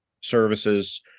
services